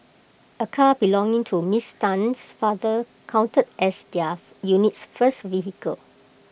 A car belonging to miss Tan's father counted as their unit's first vehicle